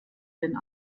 den